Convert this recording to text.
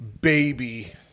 Baby